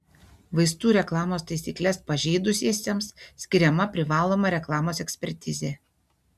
vaistų reklamos taisykles pažeidusiesiems skiriama privaloma reklamos ekspertizė